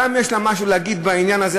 גם לה יש משהו להגיד בעניין הזה,